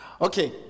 Okay